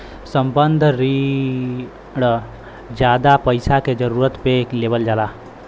संबंद्ध रिण जादा पइसा के जरूरत पे लेवल जाला